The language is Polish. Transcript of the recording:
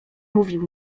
mówił